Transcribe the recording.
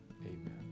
amen